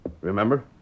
Remember